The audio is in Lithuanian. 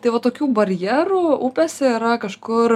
tai va tokių barjerų upėse yra kažkur